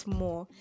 more